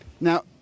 Now